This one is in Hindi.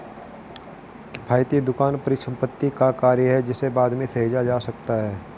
किफ़ायती दुकान परिसंपत्ति का कार्य है जिसे बाद में सहेजा जा सकता है